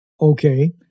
Okay